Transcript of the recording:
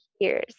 years